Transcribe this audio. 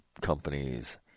companies